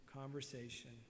conversation